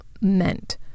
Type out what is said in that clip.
meant